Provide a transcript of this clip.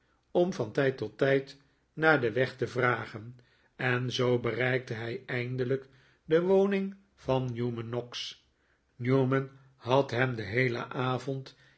om van tijd tot tijd naar den weg te vragen en zoo bereikte hij eindelijk de woning van newman noggs newman had hem den heelen avond